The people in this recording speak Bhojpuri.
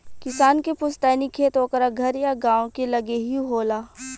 किसान के पुस्तैनी खेत ओकरा घर या गांव के लगे ही होला